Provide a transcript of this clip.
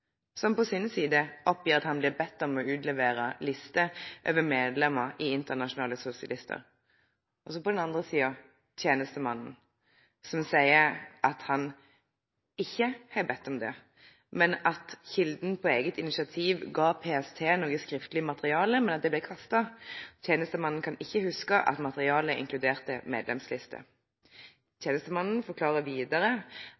på sin side at han ble bedt om å utlevere lister over medlemmer i Internasjonale Sosialister, og på den andre siden sier tjenestemannen at han ikke har bedt om det, men at kilden på eget initiativ ga PST noe skriftlig materiale, men det ble kastet. Tjenestemannen kan ikke huske at materialet inkluderte medlemslister.